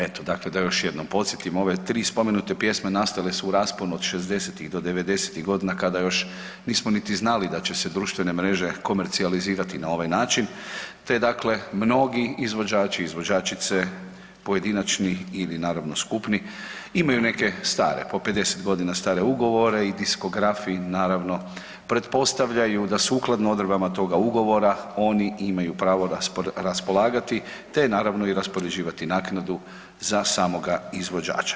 Eto da još jednom podsjetimo, ove tri spomenute pjesme nastale su u rasponu od '60.-tih do '90.-tih godina kada još nismo niti znali da će se društvene mreže komercijalizirati na ovaj način te dakle mnogi izvođači i izvođačice pojedinačni ili naravno skupni imaju neke stare po 50 godina stare ugovore i diskografi naravno pretpostavljaju da sukladno odredbama toga ugovora oni imaju pravo raspolagati, te naravno i raspoređivati naknadu za samoga izvođača.